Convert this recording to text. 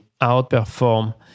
outperform